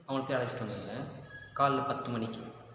அவங்களை போய் அழைச்சுட்டு வந்துடுங்க காலைல பத்து மணிக்கு